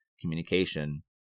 communication